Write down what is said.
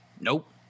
Nope